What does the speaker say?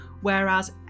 Whereas